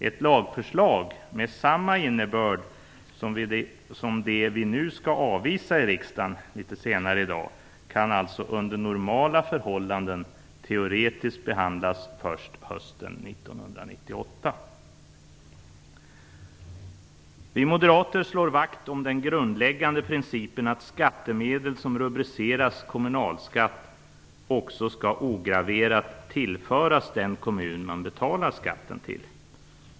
Ett lagförslag med samma innebörd som det vi litet senare i dag skall avvisa i riksdagen kan alltså under normala förhållanden teoretiskt behandlas först hösten 1998. Vi moderater slår vakt om den grundläggande principen att skattemedel som rubriceras kommunalskatt också skall ograverat tillföras den kommun man betalar skatten till.